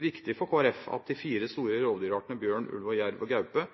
viktig for Kristelig Folkeparti at de fire store rovdyrartene bjørn, ulv, jerv og gaupe